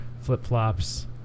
flip-flops